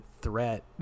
threat